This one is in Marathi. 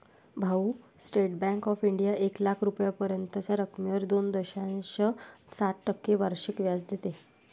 भाऊ, स्टेट बँक ऑफ इंडिया एक लाख रुपयांपर्यंतच्या रकमेवर दोन दशांश सात टक्के वार्षिक व्याज देते